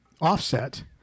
offset